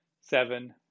seven